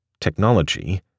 Technology